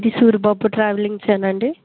అవునండి చెప్పండి నమస్తే